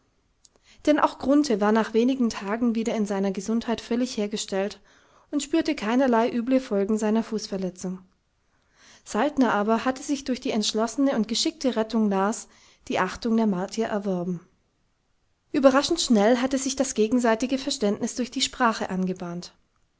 denn auch grunthe war nach wenigen tagen wieder in seiner gesundheit völlig hergestellt und spürte keinerlei üble folgen seiner fußverletzung saltner aber hatte sich durch die entschlossene und geschickte rettung las die achtung der martier erworben überraschend schnell hatte sich das gegenseitige verständnis durch die sprache angebahnt